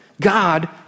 God